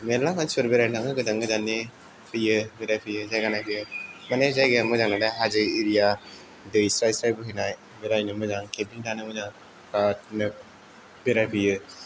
मेरला मानसिफोर बेरायनो थाङो गोजान गोजाननि फैयो बेरायफैयो जायगा नायफैयो माने मोजां नालाय हाजो एरिया दै स्राय स्राय बोहैनाय बेरायनो मोजां केमपिं थानो मोजां बेरादनो बेरायफैयो